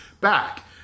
back